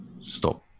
Stop